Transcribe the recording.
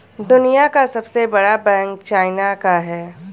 दुनिया का सबसे बड़ा बैंक चाइना का है